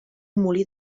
molí